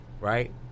right